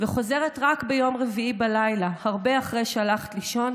וחוזרת רק ביום רביעי בלילה הרבה אחרי שהלכת לישון,